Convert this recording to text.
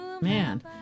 Man